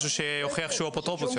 משהו שיוכיח שהוא אפוטרופוס.